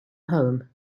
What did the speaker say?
home